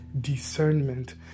discernment